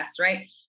right